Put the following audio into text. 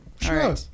sure